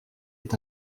est